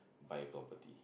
buy a property